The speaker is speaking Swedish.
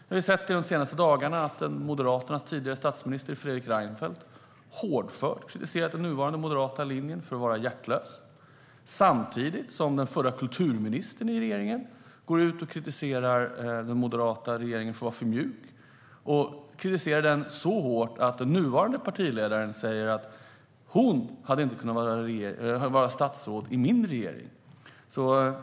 Vi har de senaste dagarna sett att Moderaternas tidigare statsminister Fredrik Reinfeldt hårdfört har kritiserat den nuvarande moderata linjen för att vara hjärtlös, samtidigt som den förra kulturministern i regeringen går ut och kritiserar den moderata regeringen för att vara för mjuk och kritiserar den så hårt att den nuvarande partiledaren säger: Hon hade inte kunnat vara statsråd i min regering.